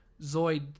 zoid